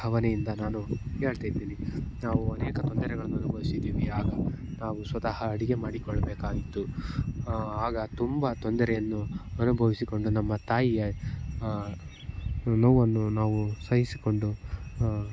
ಭಾವನೆಯಿಂದ ನಾನು ಹೇಳ್ತಿದೀನಿ ನಾವು ಅನೇಕ ತೊಂದರೆಗಳನ್ನು ಅನುಭವ್ಸಿದ್ದೀವಿ ಆಗ ನಾವು ಸ್ವತಃ ಅಡಿಗೆ ಮಾಡಿಕೊಳ್ಬೇಕಾಗಿತ್ತು ಆಗ ತುಂಬ ತೊಂದರೆಯನ್ನು ಅನುಭವಿಸಿಕೊಂಡು ನಮ್ಮ ತಾಯಿಯ ನೋವನ್ನು ನಾವು ಸಹಿಸಿಕೊಂಡು